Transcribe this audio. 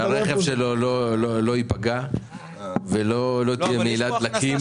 והרכב שלו לא ייפגע ולא תהיה מהילת דלקים